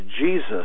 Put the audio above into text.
Jesus